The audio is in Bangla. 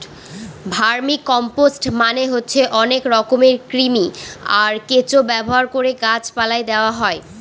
ভার্মিকম্পোস্ট মানে হচ্ছে অনেক রকমের কৃমি, আর কেঁচো ব্যবহার করে গাছ পালায় দেওয়া হয়